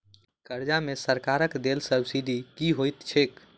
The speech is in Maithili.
कर्जा मे सरकारक देल सब्सिडी की होइत छैक?